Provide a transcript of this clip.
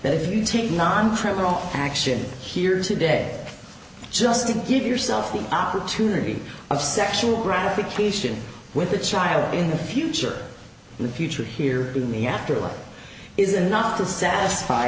that if you take non trivial action here today just to give yourself the opportunity of sexual gratification with a child in the future in the future here in the afterlife is not that satisf